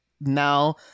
Now